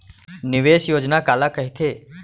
निवेश योजना काला कहिथे?